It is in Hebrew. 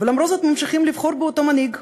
ולמרות זאת ממשיכים לבחור באותו מנהיג.